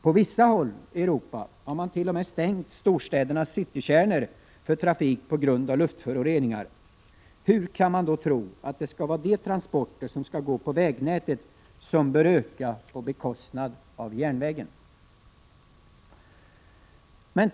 På vissa håll i Europa har man t.o.m. stängt storstädernas citykärnor för trafik på grund av luftföroreningar. Hur kan man då tro att transporterna på vägnätet bör öka på bekostnad av järnvägen?